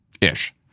ish